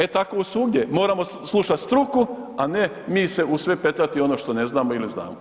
E tako svugdje moramo slušat struku a mi se u sve petljati ono što ne znamo ili znamo.